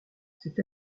cette